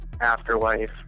afterlife